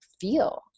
feel